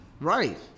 Right